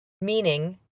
meaning